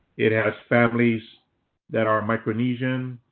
it has families that are micronesian,